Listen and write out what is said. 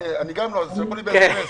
אני גם לא, שלחו לי בסמ"ס.